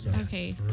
Okay